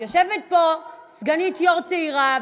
יושבת פה סגנית יושב-ראש צעירה,